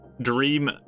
dream